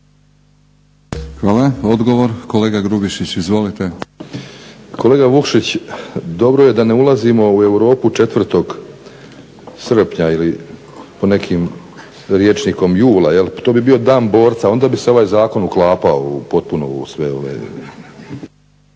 Hvala. Odgovor, kolega Grubišić. Izvolite. **Grubišić, Boro (HDSSB)** Kolega Vukšić dobro je da ne ulazimo u Europu 4. srpnja ili po nekim rječnikom jula jel' to bi bio Dan borca, onda bi se ovaj zakon uklapao potpuno u sve ove.